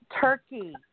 Turkey